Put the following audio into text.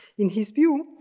in his view,